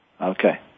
Okay